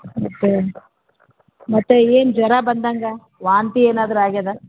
ಮತ್ತೆ ಮತ್ತೆ ಏನು ಜ್ವರ ಬಂದಂಗೆ ವಾಂತಿ ಏನಾದ್ರೂ ಆಗ್ಯಾದಾ